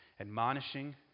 admonishing